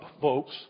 folks